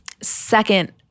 second